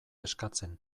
eskatzen